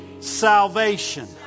salvation